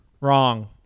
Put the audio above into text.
Wrong